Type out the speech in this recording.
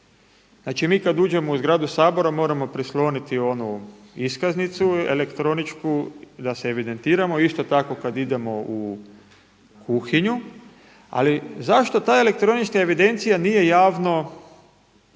Znači mi kada uđemo u zgradu Sabora moramo prisloniti onu iskaznicu elektroničku da se evidentiramo, isto tako kada idemo u kuhinju ali zašto ta elektronička evidencija nije javno dostupna?